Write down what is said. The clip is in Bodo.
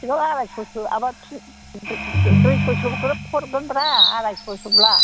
आरायस'सो दुइस'सोआव ग्रोब हरगोन ब्रा आरायस'सोब्ला